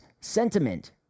sentiment